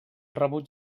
rebuig